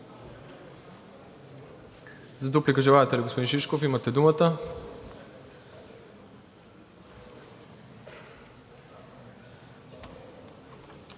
За дуплика желаете ли, господин Шишков? Имате думата.